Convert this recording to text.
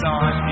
on